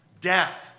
Death